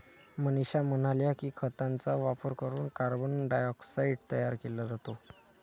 मनीषा म्हणाल्या की, खतांचा वापर करून कार्बन डायऑक्साईड तयार केला जातो